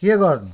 के गर्नु